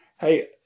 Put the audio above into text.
Hey